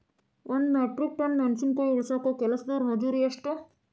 ಒಂದ್ metric ton ಮೆಣಸಿನಕಾಯಿ ಇಳಸಾಕ್ ಕೆಲಸ್ದವರ ಮಜೂರಿ ಎಷ್ಟ?